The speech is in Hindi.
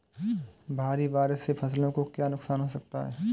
भारी बारिश से फसलों को क्या नुकसान हो सकता है?